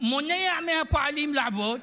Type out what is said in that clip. מונע מהפועלים לעבוד,